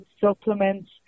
supplements